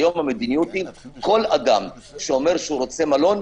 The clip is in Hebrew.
היום המדיניות היא שכל אדם שאומר שהוא רוצה מלון,